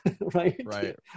right